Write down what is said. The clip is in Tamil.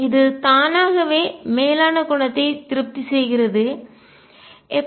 இது தானாகவே மேலான குணத்தை திருப்தி செய்கிறது எப்படி